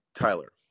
Tyler